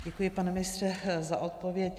Děkuji, pane ministře, za odpověď.